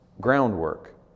groundwork